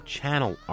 Channel